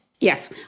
Yes